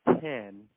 ten